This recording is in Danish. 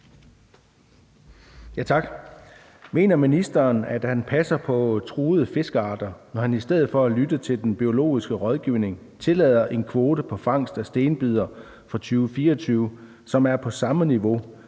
(EL): Mener ministeren, at han passer på truede fiskearter, når han i stedet for at lytte til den biologiske rådgivning tillader en kvote på fangst af stenbider for 2024, som er på samme niveau